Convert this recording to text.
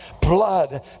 blood